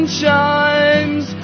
chimes